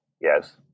Yes